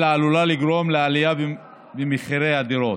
אלא עלול לגרום לעלייה במחירי הדירות.